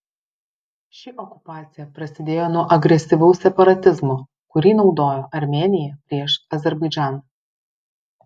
ši okupacija prasidėjo nuo agresyvaus separatizmo kurį naudojo armėnija prieš azerbaidžaną